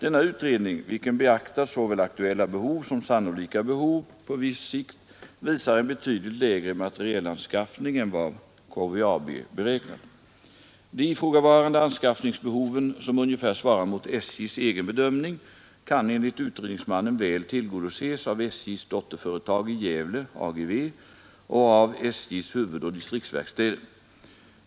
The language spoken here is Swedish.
Denna utredning, vilken beaktat såväl aktuella behov som sannolika behov på viss sikt, visar en betydligt lägre materielanskaffning än vad KVAB beräknat. De ifrågavarande anskaffningsbehoven som ungefär svarar mot SJ:s egen bedömning, kan enligt utredningsmannen väl tillgodoses av SJ:s dotterföretag i Gävle, AGV, och av SJ:s huvudoch distriktsverkstäder.